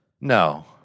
No